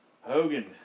Hogan